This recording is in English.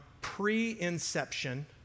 pre-inception